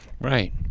Right